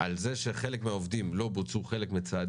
על זה שחלק מהעובדים לא ביצעו את כל הצעדים,